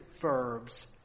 verbs